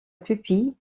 pupille